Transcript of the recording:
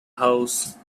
house